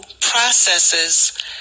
processes